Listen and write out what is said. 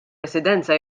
residenza